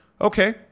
Okay